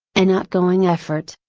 an outgoing effort,